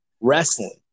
wrestling